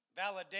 validation